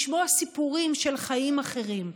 לשמוע סיפורים של חיים אחרים,